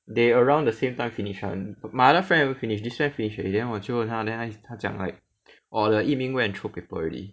they around the same time finish [one] my other friend haven't finish this year finish already then 我就问他 then 他讲 like orh the yi ming go and throw paper already